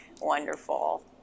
wonderful